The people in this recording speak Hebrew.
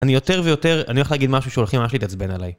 אני יותר ויותר, אני הולך להגיד משהו שהולכים ממש להתעצבן עליי.